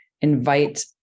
invite